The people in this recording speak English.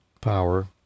power